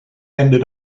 ended